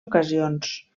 ocasions